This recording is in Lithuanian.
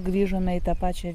grįžome į tą pačią